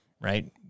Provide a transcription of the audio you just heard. right